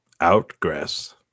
outgress